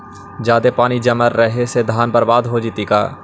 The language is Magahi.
जादे पानी जमल रहे से धान बर्बाद हो जितै का?